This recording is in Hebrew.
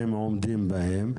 והם עומדים בהם.